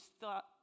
thought